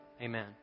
amen